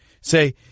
Say